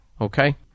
okay